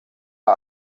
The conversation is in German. der